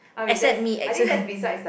except me as a